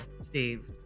Steve